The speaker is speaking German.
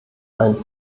einen